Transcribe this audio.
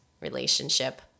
relationship